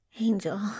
Angel